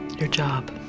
your job.